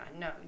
no